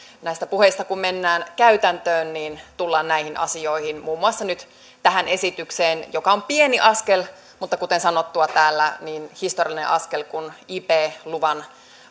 näistä puheista kun mennään käytäntöön niin tullaan näihin asioihin muun muassa nyt tähän esitykseen joka on pieni askel mutta kuten sanottua täällä historiallinen askel kun ib luvan